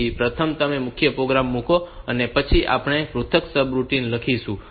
તેથી પ્રથમ તમે મુખ્ય પ્રોગ્રામ મૂકો અને પછી આપણે પૃથક સબરૂટિન લખીશું